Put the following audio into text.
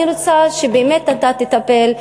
אני רוצה שבאמת אתה תטפל,